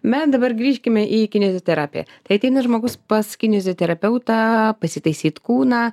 me dabar grįžkime į kineziterapiją ateina žmogus pas kinioziterapeutą pasitaisyt kūną